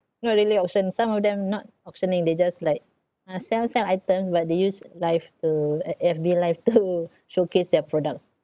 not daily auctions some of them not auctioning they just like uh sell sell item but they use live to uh F_B live to showcase their products